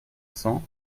cents